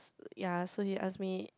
ya so he asked me